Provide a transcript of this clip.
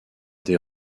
des